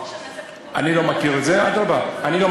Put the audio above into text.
אני לא מכיר את זה, אדרבה.